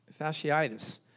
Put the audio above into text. fasciitis